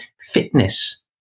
Fitness